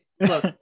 look